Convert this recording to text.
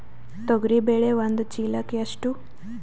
ತೊಗರಿ ಬೇಳೆ ಒಂದು ಚೀಲಕ ಎಷ್ಟು?